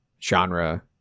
genre